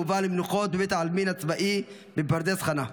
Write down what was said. הוא מובא למנוחות בבית העלמין הצבאי בפרדס חנה.